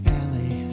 alley